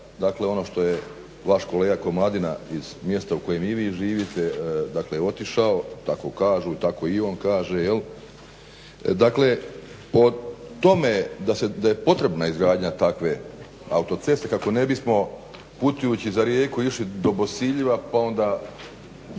dakle ono što je vaš kolega Komadina iz mjesta u kojem i vi živite, dakle otišao, tako kažu, tako i on kaže. Dakle o tome da je potrebna izgradnja takve autoceste kako ne bismo putujuću za Rijeku išli do Bosiljeva pa onda